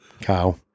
cow